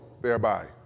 thereby